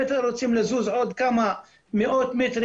ומציאת פתרונות לזוגות הצעירים.